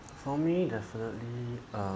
for me definitely um